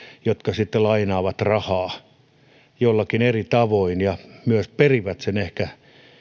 jotka sitten lainaavat rahaa joillakin tavoin ja myös perivät sen ehkä